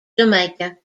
jamaica